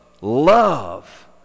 love